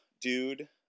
dude